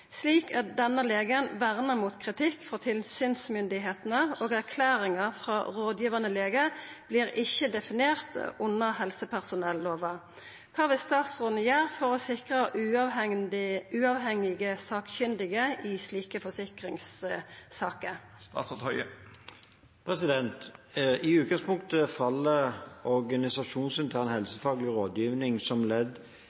Slik er denne legen vernet mot kritikk fra tilsynsmyndigheter, og erklæringer fra rådgivende lege blir ikke definert under helsepersonelloven. Hva vil statsråden gjøre for å sikre uavhengige sakkyndige i slike forsikringssaker?» I utgangspunktet faller